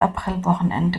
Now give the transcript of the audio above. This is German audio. aprilwochenende